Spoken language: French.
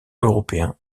européen